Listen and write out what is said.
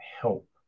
help